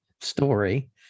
story